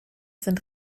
sind